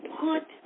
put